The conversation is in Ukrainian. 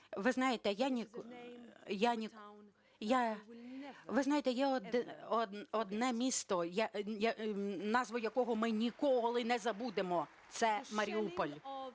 Ви знаєте, є одне місто, назву якого ми ніколи не забудемо – це Маріуполь.